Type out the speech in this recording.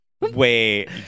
wait